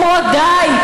אומרות: די,